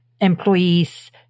employees